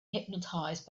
hypnotized